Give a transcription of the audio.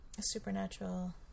supernatural